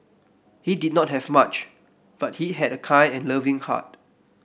he did not have much but he had a kind and loving heart